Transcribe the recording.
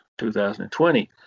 2020